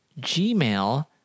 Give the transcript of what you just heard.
gmail